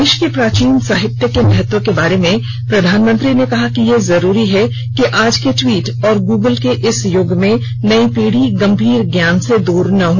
देश के प्राचीन साहित्य के महत्व के बारे में प्रधानमंत्री ने कहा कि ये जरूरी है कि आज के ट्वीट और गूगल के इस युग में नई पीढ़ी गंभीर ज्ञान से दूर न हो